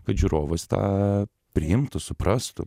kad žiūrovas tą priimtų suprastų